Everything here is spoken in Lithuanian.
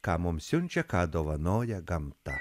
ką mums siunčia ką dovanoja gamta